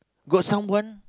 got someone